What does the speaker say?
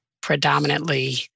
predominantly